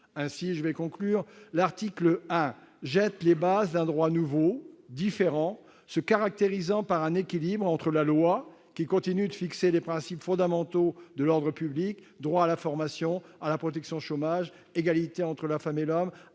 Ainsi, l'article 1 jette les bases d'un droit nouveau, différent, se caractérisant par un équilibre entre, d'une part, la loi, qui continue de fixer les principes fondamentaux de l'ordre public- droits à la formation, à la protection chômage, égalité entre la femme et l'homme,